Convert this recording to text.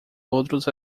outros